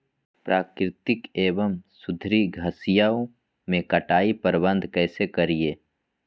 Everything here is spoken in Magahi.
प्राकृतिक एवं सुधरी घासनियों में कटाई प्रबन्ध कैसे करीये?